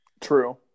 True